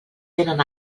tenen